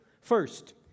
First